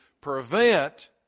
prevent